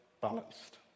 balanced